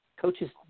coaches